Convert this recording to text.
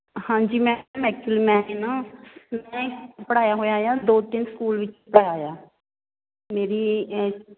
ਹਾਂਜੀ ma'am actually ਮੈਂ ਨਾ ਪੜ੍ਹਾਇਆ ਹੋਇਆ ਆ ਦੋ ਤਿੰਨ ਸਕੂਲ ਵਿੱਚ ਪੜ੍ਹਾਇਆ ਹੋਇਆ ਮੇਰੀ